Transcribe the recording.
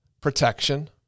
protection